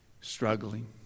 struggling